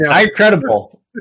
incredible